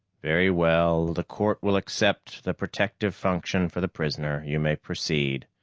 very well. the court will accept the protective function for the prisoner. you may proceed.